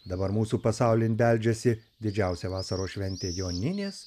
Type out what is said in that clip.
dabar mūsų pasaulin beldžiasi didžiausia vasaros šventė joninės